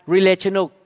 Relational